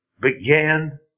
began